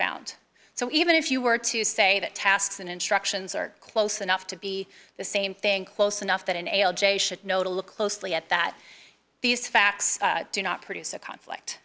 found so even if you were to say that tasks and instructions are close enough to be the same thing close enough that in a l j should know to look closely at that these facts do not produce a conflict